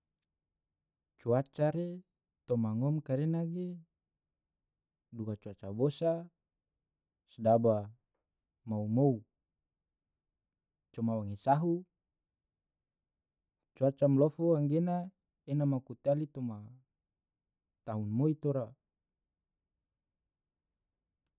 cuaca re tomma ngom karena ge duga cuaca bosa se daba mou-mou, coma wange sahu bato, cuaca malofo anggena ena maku tiali toma tahun moi tora.